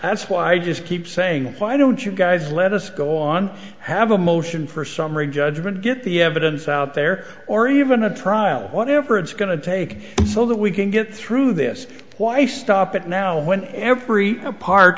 that's why i just keep saying why don't you guys let us go on have a motion for summary judgment get the evidence out there or even a trial whatever it's going to take so that we can get through this why stop it now when every part